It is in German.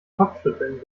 kopfschütteln